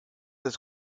des